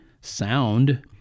sound